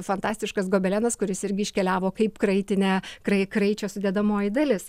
fantastiškas gobelenas kuris irgi iškeliavo kaip kraitinė krai kraičio sudedamoji dalis